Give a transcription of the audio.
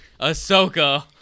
ahsoka